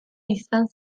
izan